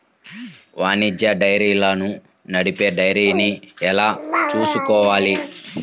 వాణిజ్య డైరీలను నడిపే డైరీని ఎలా ఎంచుకోవాలి?